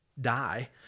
die